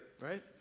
right